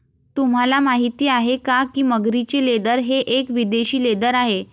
तुम्हाला माहिती आहे का की मगरीचे लेदर हे एक विदेशी लेदर आहे